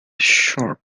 short